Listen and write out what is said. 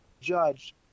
judge